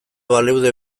baleude